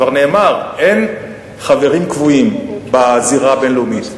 כבר נאמר שאין חברים קבועים בזירה הבין-לאומית,